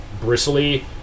bristly